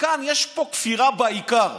יש פה כפירה בעיקר.